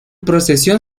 procesión